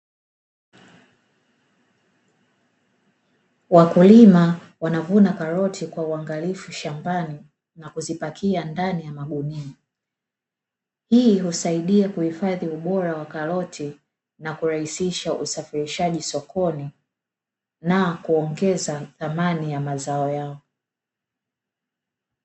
Wakulima wanavuna karoti kwa uangalifu shambani na kuzipakia ndani ya magunia, hii husaidia kuhifadhi ubora wa karoti na kurahisisha usafirishaji sokoni na kuongeza thamani ya mazao hayo.